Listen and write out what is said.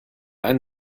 ein